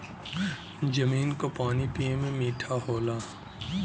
जमीन क पानी पिए में मीठा होला